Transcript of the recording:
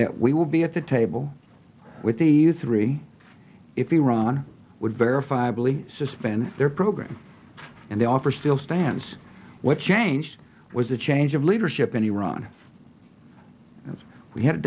that we will be at the table with the e u three if iran would verifiably suspend their program and the offer still stands what changed was a change of leadership in iran and we had a